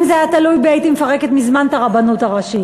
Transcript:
אם זה היה תלוי בי הייתי מפרקת מזמן את הרבנות הראשית,